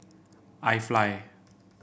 IFly